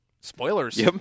spoilers